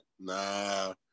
nah